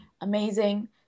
amazing